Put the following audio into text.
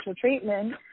treatment